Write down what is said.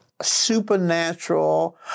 Supernatural